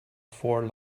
four